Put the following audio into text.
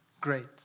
great